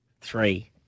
three